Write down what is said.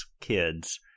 kids